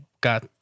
got